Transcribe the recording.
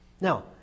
Now